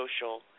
social